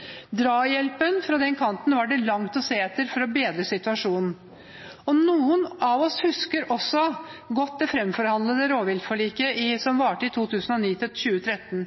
se langt etter fra den kanten. Noen av oss husker også godt det framforhandlede rovviltforliket som varte fra 2009 til 2013.